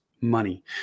money